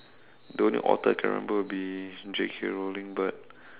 the only author I can remember will be J_K-Rowling but